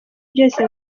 byose